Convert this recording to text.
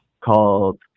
called